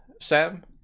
Sam